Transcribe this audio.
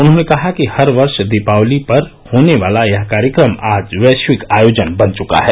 उन्होंने कहा कि हर वर्ष दीपावली पर होने वाला यह कार्यक्रम आज वैश्विक आयोजन बन चुका है